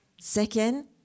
second